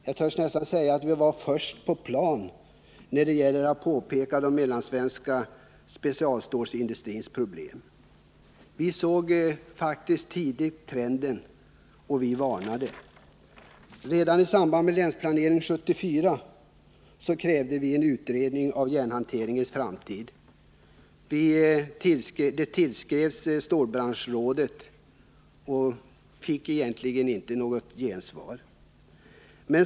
Jag törs nästan säga att vi var först på plan när det gällde att visa på den mellansvenska specialstålsindustrins problem. Vi såg tidigt trenden, och vi varnade för den. Redan i samband med Länsplanering 74 krävde vi en utredning av järnhanteringens framtid. Stålbranschrådet tillskrevs, men vi fick egentligen inte något gensvar.